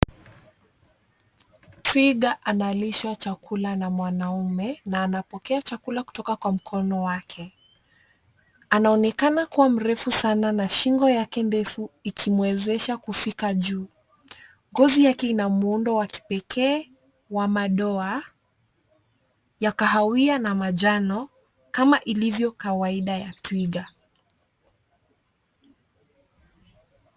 Twiga analishwa chakula na mwanaume, na anapokea chakula kutoka mkono wake. Anaonekana kuwa mrefu sana na shingo yake ndefu, ikiwezesha kufika juu. Ngozi yake ina muundo wa kipekee, wa madoa ya kahawia na manjano kama ilivyo kawaida ya twiga.